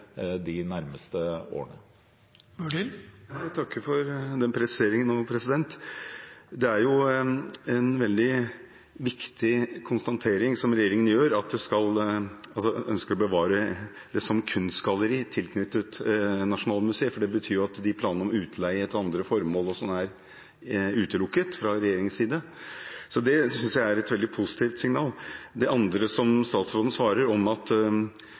de nærmeste årene. Jeg takker for den presiseringen. Det er en veldig viktig konstatering som regjeringen gjør, at en ønsker å bevare det som kunstgalleri tilknyttet Nasjonalmuseet, for det betyr at planene om utleie til andre formål nå er utelukket fra regjeringens side. Så det synes jeg er et veldig positivt signal. Det andre statsråden svarer, om at